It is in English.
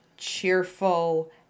cheerful